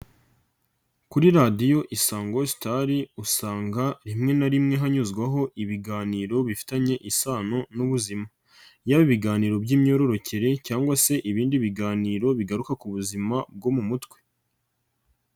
Kuri radiyo Isango sitari usanga rimwe na rimwe hanyuzwaho ibiganiro bifitanye isano n'ubuzima yaba ibiganiro by'imyororokere cyangwa se ibindi biganiro bigaruka ku buzima bwo mu mutwe.